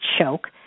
choke